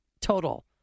total